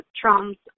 Trump's